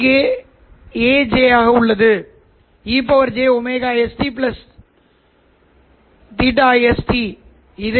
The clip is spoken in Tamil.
வேறு வார்த்தைகளில் கூறுவதானால் Reff ஐ விட பெரியதாக இருப்பதால் இது நேரடி கண்டறிதல் பெறுநர்களுடன் ஒப்பிடும்போது மிகவும் உணர்திறன் கொண்டது